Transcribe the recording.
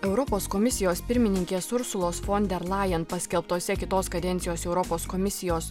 europos komisijos pirmininkės ursulos fon der lajen paskelbtuose kitos kadencijos europos komisijos